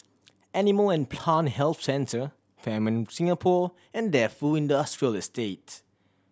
Animal and Plant Health Centre Fairmont Singapore and Defu Industrial Estate